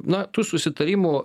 na tu susitarimų